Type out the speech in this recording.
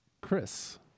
chris